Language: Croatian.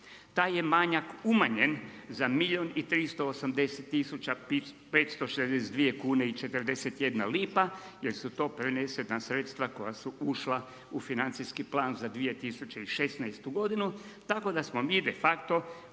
Taj je manjak umanjen za milijun i 380 tisuća 562 kune i 41 lipa, jer su to prenesena sredstva koja su ušla u financijski plan za 2016. godinu tako da smo mi de facto